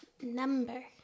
Number